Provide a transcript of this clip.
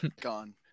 Gone